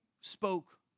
spoke